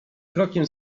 krokiem